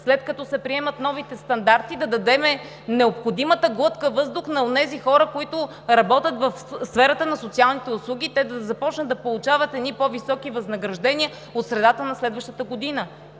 след като се приемат новите стандарти, да дадем необходимата глътка въздух на онези хора, които работят в сферата на социалните услуги – те да започнат да получават едни по-високи възнаграждения от средата на следващата година.